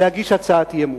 להגיש הצעת אי-אמון.